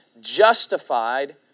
justified